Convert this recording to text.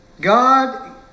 God